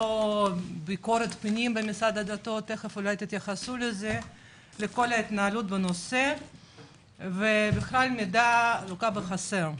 לא ביקורת פנים של משרד הדתות לכל ההתנהלות בנושא והמידע לוקה בחסר.